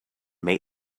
make